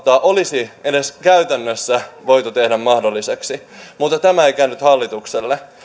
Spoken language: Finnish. olisi edes käytännössä voitu tehdä mahdolliseksi mutta tämä ei käynyt hallitukselle